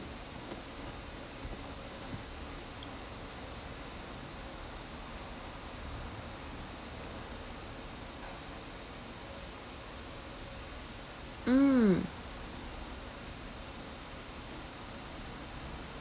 mm